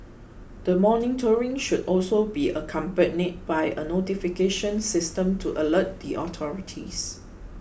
the monitoring should also be accompanied by a notification system to alert the authorities